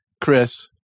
Chris